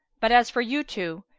but as for you two,